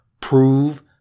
Prove